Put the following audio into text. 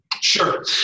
Sure